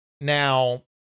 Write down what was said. Now